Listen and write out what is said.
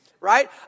Right